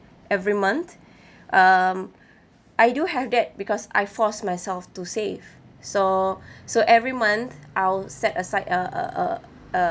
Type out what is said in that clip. every month um I do have that because I force myself to save so so every month I'll set aside a a a a